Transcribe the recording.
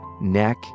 neck